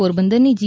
પોરબંદરની જી